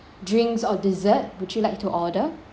drinks or dessert would you like to order